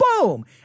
boom